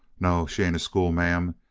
no, she ain't a schoolma'am.